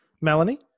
Melanie